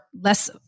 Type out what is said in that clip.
less